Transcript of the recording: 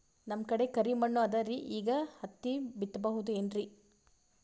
ನಮ್ ಕಡೆ ಕರಿ ಮಣ್ಣು ಅದರಿ, ಈಗ ಹತ್ತಿ ಬಿತ್ತಬಹುದು ಏನ್ರೀ?